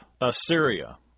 Assyria